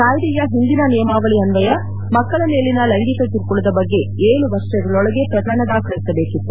ಕಾಯಿದೆಯ ಹಿಂದಿನ ನಿಯಮಾವಳಿ ಅನ್ಸಯ ಮಕ್ಕ ಳ ಮೇಲಿನ ಲೈಂಗಿಕ ಕಿರುಕುಳದ ಬಗ್ಗೆ ಏಳು ವರ್ಷಗಳೊಳಗೆ ಪ್ರಕರಣ ದಾಖಲಿಸಬೇಕಿತ್ತು